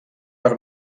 per